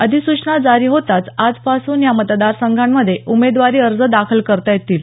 अधिसूचना जारी होताच आजपासून या मतदारसंघांमध्ये उमेदवारी अर्ज दाखल करता येतील